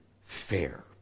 fair